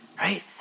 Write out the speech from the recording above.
Right